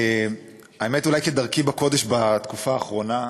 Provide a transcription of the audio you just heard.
האמת, אולי כדרכי בקודש בתקופה האחרונה,